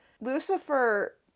Lucifer